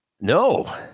no